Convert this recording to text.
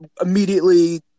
immediately